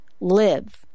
live